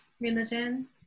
religion